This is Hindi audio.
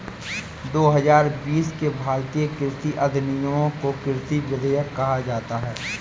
दो हजार बीस के भारतीय कृषि अधिनियमों को कृषि विधेयक कहा जाता है